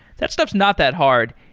that stuff's not that hard.